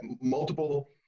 multiple